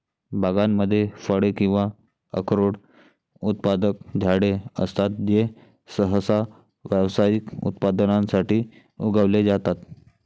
बागांमध्ये फळे किंवा अक्रोड उत्पादक झाडे असतात जे सहसा व्यावसायिक उत्पादनासाठी उगवले जातात